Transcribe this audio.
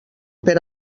per